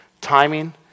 Timing